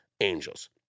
angels